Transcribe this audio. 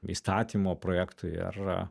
įstatymo projektui ar